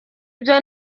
ibyo